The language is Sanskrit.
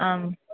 आम्